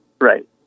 Right